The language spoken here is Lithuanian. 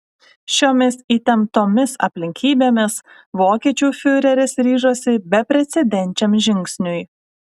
šiomis įtemptomis aplinkybėmis vokiečių fiureris ryžosi beprecedenčiam žingsniui